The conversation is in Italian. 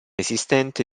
esistente